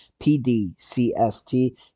PDCST